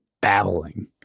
babbling